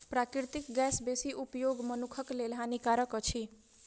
प्राकृतिक गैस के बेसी उपयोग मनुखक लेल हानिकारक अछि